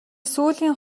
сүүлийн